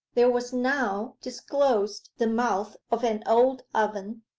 there was now disclosed the mouth of an old oven,